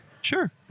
Sure